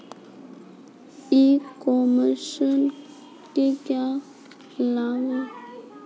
ई commerce के क्या क्या लाभ हैं?